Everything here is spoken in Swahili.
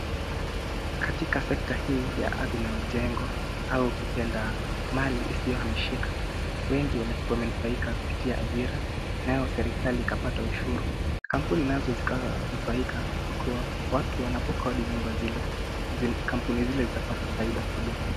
Katika sekta hii ya ardhi na mijengo au ukipenda mali isiyohamishika, wengi wamenufaika kupitia ajira. Nayo serikali ikapata ushuru, kampuni nazo zikanufaika kwa kuwa, watu wanapokodi nyumba zile kampuni zile zitapata faida kubwa.